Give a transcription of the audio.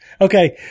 Okay